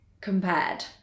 compared